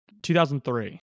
2003